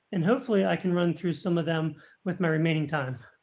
and hopefully i can run through some of them with my remaining time